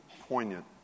poignant